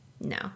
No